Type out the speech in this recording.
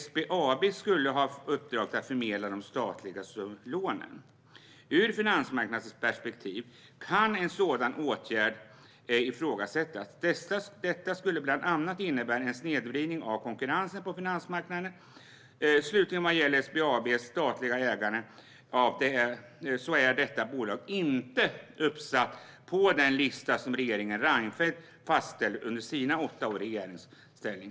SBAB skulle ha uppdraget att förmedla de statliga lånen. Ur ett finansmarknadsperspektiv kan en sådan åtgärd ifrågasättas då den bland annat skulle kunna innebära en snedvridning av konkurrensen på finansmarknaden. Slutligen vill jag säga att vad gäller avyttring av SBAB:s statliga ägande är detta bolag inte uppsatt på den lista som regeringen Reinfeldt fastställde under sina åtta år i regeringsställning.